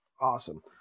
awesome